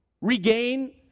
regain